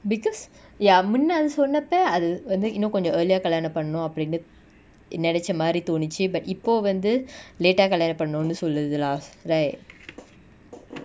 because ya முன்ன அது சொன்னப்ப அதுவந்து இன்னு கொஞ்சோ:munna athu sonnappa athuvanthu innu konjo early ah கலியானோ பன்னு அப்டின்னு நெனச்சமாரி தோனுச்சு:kaliyano pannu apdinu nenachamari thonuchu but இப்போ வந்து:ippo vanthu late ah கலியானோ பன்னனுனு சொல்லுது:kaliyano pannanunu solluthu lah right